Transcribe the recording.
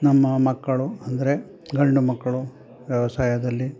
ನಮ್ಮ ಮಕ್ಕಳು ಅಂದರೆ ಗಂಡು ಮಕ್ಕಳು ವ್ಯವಸಾಯದಲ್ಲಿ